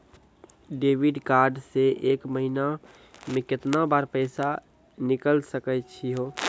Debit card से एक महीना मा केतना बार पैसा निकल सकै छि हो?